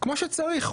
כמו שצריך,